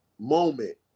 moment